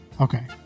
Okay